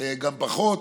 גם פחות,